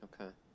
okay